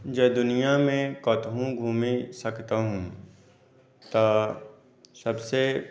जॅं दुनियामे कतहुँ घुमि सकतहुँ तऽ सभसँ